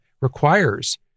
requires